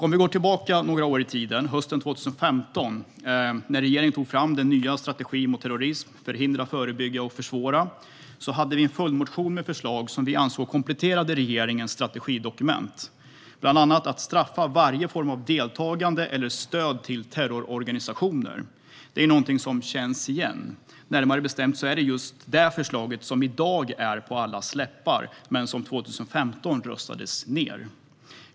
Om vi går tillbaka ett par år i tiden till hösten 2015, när regeringen tog fram den svenska strategin mot terrorism, Förebygga, förhindra och försvåra , hade vi en följdmotion med förslag som vi ansåg kompletterade regeringens strategidokument, bland annat att straffa varje form av deltagande i eller stöd till terrororganisationer. Det är något som känns igen. Närmare bestämt är det just det förslaget som i dag är på allas läppar, men 2015 röstades det ned.